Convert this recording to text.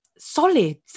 solid